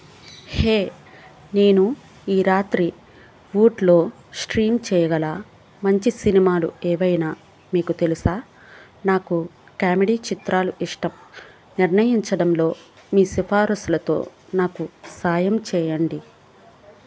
హే నేను ఈ రాత్రి వూట్లో స్ట్రీమ్ చేయగల మంచి సినిమాలు ఏవైనా మీకు తెలుసా నాకు కామెడీ చిత్రాలు ఇష్టం నిర్ణయించడంలో మీ సిఫారసులతో నాకు సహాయం చేయండి